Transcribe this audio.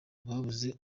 babuze